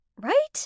right